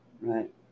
Right